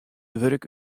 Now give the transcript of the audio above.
wurk